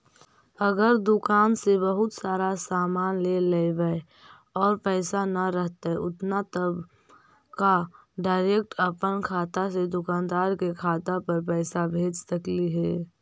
अगर दुकान से बहुत सारा सामान ले लेबै और पैसा न रहतै उतना तब का डैरेकट अपन खाता से दुकानदार के खाता पर पैसा भेज सकली हे?